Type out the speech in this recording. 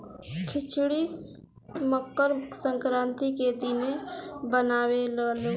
खिचड़ी मकर संक्रान्ति के दिने बनावे लालो